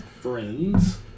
Friends